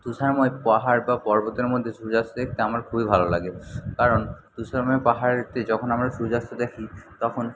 তুষারময় পাহাড় বা পর্বতের মধ্যে আসছে তা আমার খুবই ভালো লাগে কারণ তুষারময় পাহাড়েতে যখন আমরা সূর্যাস্ত দেখি তখন